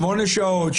שמונה שעות,